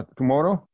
tomorrow